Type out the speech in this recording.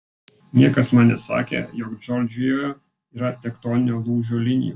niekas man nesakė jog džordžijoje yra tektoninio lūžio linijų